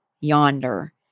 yonder